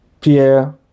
Pierre